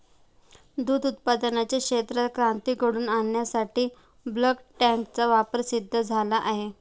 दूध उत्पादनाच्या क्षेत्रात क्रांती घडवून आणण्यासाठी बल्क टँकचा वापर सिद्ध झाला आहे